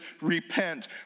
repent